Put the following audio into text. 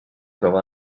roba